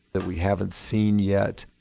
that we haven't seen yet.